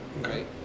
right